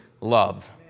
love